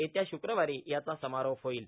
येत्या शुक्रवारी याचा समारोप होईल